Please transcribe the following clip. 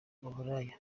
uburaya